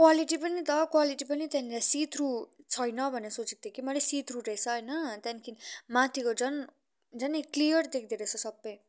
quality पनि त quality पनि त त्यहाँनिर सी थ्रु छैन भनेर सोचेको थिएँ कि मैले सी थ्रु रहेछ होइन त्यहाँदेखि माथिको झन् झन् क्लियर देख्दो रहेछ सबै